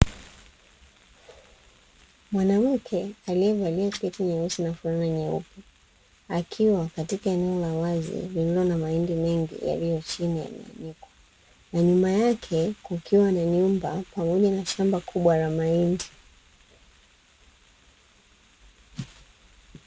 Mwanamke aliyevalia sketi nyeusi na fulana nyeupe, akiwa katika eneo la wazi lililo na mahindi mengi, yaliyo chini yameanikwa. Na nyuma yake kukiwa na nyumba pamoja na shamba kubwa la mahindi.